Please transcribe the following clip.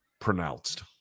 pronounced